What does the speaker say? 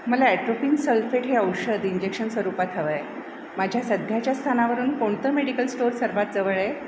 मला atropine sulphate हे औषध इंजेक्शन स्वरूपात हवं आहे माझ्या सध्याच्या स्थानावरून कोणतं मेडिकल स्टोअर सर्वात जवळ आहे